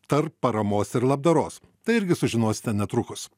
tarp paramos ir labdaros tai irgi sužinosite netrukus